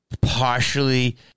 partially